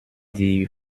die